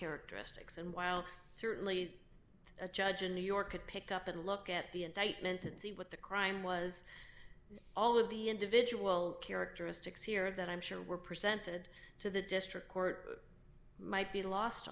characteristics and while truly a judge in new york could pick up and look at the indictment and see what the crime was all of the individual characteristics here that i'm sure were presented to the district court might be lost